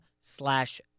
slash